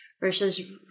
versus